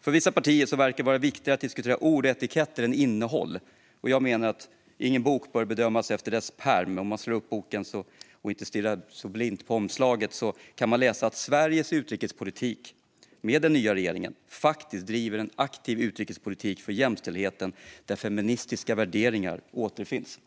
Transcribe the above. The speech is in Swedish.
För vissa partier verkar det vara viktigare att diskutera ord och etiketter än innehåll. Jag menar att ingen bok bör bedömas efter dess pärm. Om man slår upp boken och inte stirrar sig blind på omslaget kan man läsa att Sverige med den nya regeringen faktiskt driver en aktiv utrikespolitik för jämställdheten, där feministiska värderingar återfinns.